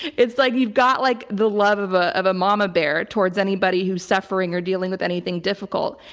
it's like you've got like the love of ah of a mama bear towards anybody who's suffering or dealing with anything difficult.